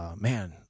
man